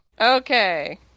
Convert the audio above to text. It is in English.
Okay